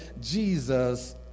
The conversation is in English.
Jesus